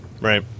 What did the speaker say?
Right